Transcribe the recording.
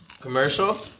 Commercial